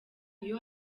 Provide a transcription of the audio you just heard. iyo